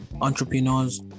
entrepreneurs